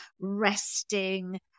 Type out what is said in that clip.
resting